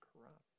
corrupt